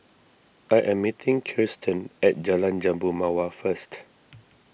I am meeting Kiersten at Jalan Jambu Mawar first